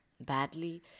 badly